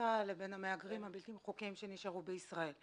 מאפריקה לבין המהגרים הבלתי חוקיים שנשארו בישראל.